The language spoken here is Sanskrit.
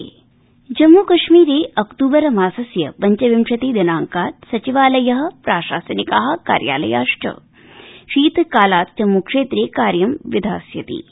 जम्मकश्मीर सभा जम्मू कश्मीरे अक्तूबर मासस्य पञ्चविंशतिदिनाइकात् सचिवालय प्राशासनिका कार्यालयाश्च शीतकालात् जम्मूक्षेत्रे कार्य विधास्यन्ति